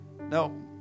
no